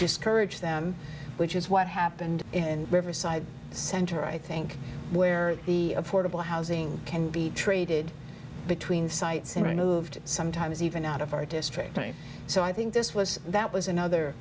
discourage them which is what happened in riverside center i think where the affordable housing can be traded between sites and i moved sometimes even out of our district so i think this was that was another